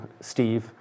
Steve